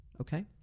Okay